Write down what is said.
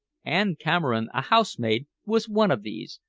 ann cameron, a housemaid, was one of these,